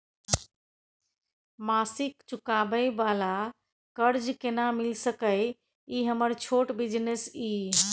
मासिक चुकाबै वाला कर्ज केना मिल सकै इ हमर छोट बिजनेस इ?